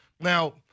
now